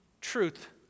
truth